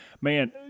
man